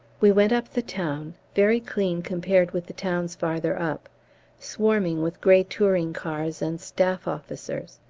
we went up the town very clean compared with the towns farther up swarming with grey touring-cars and staff officers.